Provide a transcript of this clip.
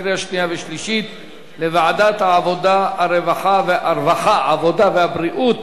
התשע"ב 2012, לוועדת העבודה, הרווחה והבריאות